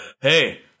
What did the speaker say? hey